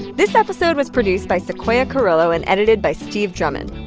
this episode was produced by sequoia carrillo and edited by steve drummond.